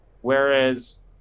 whereas